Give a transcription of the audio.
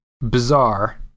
bizarre